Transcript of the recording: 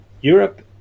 Europe